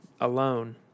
alone